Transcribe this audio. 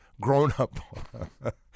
grown-up